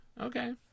Okay